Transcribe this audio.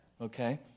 okay